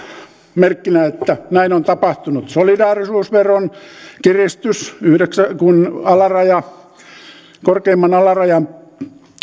merkkinä että näin on tapahtunut solidaarisuusveron kiristys kun korkeimman alarajan